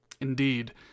indeed